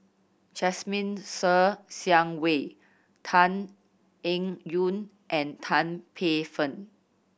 Jasmine Ser Xiang Wei Tan Eng Yoon and Tan Paey Fern